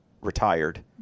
retired